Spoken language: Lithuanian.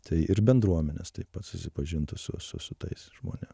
tai ir bendruomenės taip pat susipažintų su su su tais žmonėm